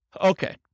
Okay